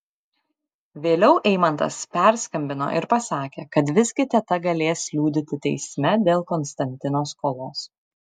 vėliau eimantas perskambino ir pasakė kad visgi teta galės liudyti teisme dėl konstantino skolos